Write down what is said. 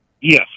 Yes